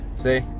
See